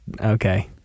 okay